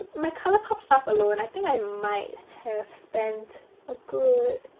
my colourpop stuff alone, i think i might have spent a good.